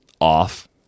off